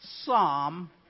Psalm